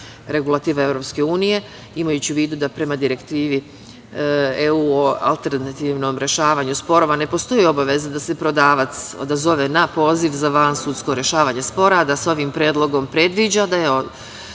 regulative EU. Imajući u vidu da prema direktivi EU o alternativnom rešavanju sporova ne postoji obaveza da se prodavac odazove na poziv za vansudsko rešavanje spora, da se ovim predlogom predviđa da je odgovor